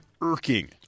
Irking